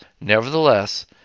Nevertheless